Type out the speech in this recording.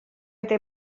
eta